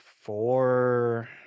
four